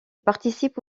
participe